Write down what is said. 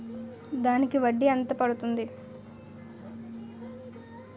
దానికి వడ్డీ ఎంత పడుతుంది?